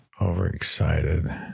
overexcited